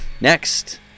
next